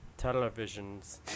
televisions